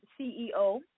CEO